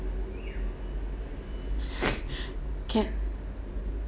can